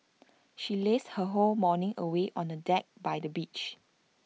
she lazed her whole morning away on A deck by the beach